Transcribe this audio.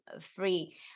free